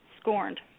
scorned